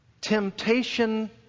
temptation